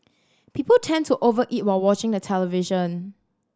people tend to over eat while watching the television